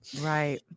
Right